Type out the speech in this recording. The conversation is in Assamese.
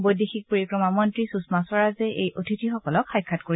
বৈদেশিক পৰিক্ৰমা মন্ত্ৰী সুষমা স্বৰাজে এই অতিথিসকলক সাক্ষাৎ কৰিব